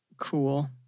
Cool